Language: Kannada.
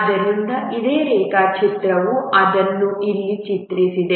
ಆದ್ದರಿಂದ ಅದೇ ರೇಖಾಚಿತ್ರವು ಅದನ್ನು ಇಲ್ಲಿ ಚಿತ್ರಿಸಿದೆ